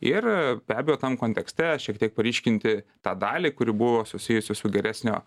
ir be abejo tam kontekste šiek tiek paryškinti tą dalį kuri buvo susijusi su geresnio